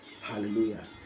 Hallelujah